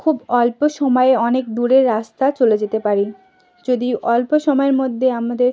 খুব অল্প সময়ে অনেক দূরের রাস্তা চলে যেতে পারি যদি অল্প সময়ের মধ্যে আমাদের